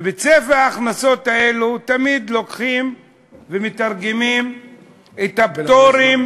ובצפי ההכנסות הזה תמיד לוקחים ומתרגמים את הפטורים